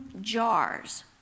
jars